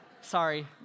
Sorry